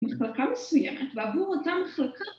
‫מחלקה מסוימת, ועבור אותה מחלקה...